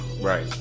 Right